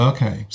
Okay